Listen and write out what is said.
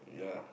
yeah